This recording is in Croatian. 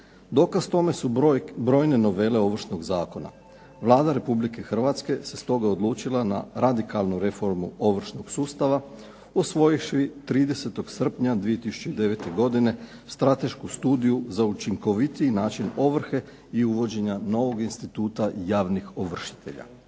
Dokaz tome su brojne novele Ovršnog zakona. Vlada Republike Hrvatske se stoga odlučila na radikalnu reformu ovršnog sustava usvojivši 30. srpnja 2009. godine Stratešku studiju za učinkovitiji način ovrhe i uvođenja novog instituta javnih ovršitelja.